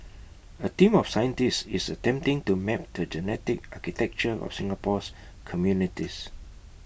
A team of scientists is attempting to map the genetic architecture of Singapore's communities